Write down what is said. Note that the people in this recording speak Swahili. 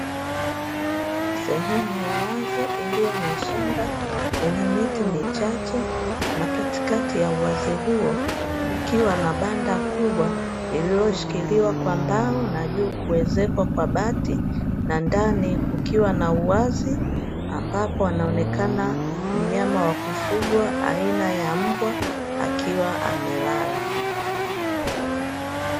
Sehemu ya wazi iliyo na shamba lenye miti michache, na katikati ya uwazi huo kukiwa na banda kubwa lililoshikiliwa kwa mbao na juu kuezekwa kwa bati, na ndani kukiwa na uwazi, ambapo anaonekana mnyama wa kufugwa aina ya mbwa, akiwa amelala.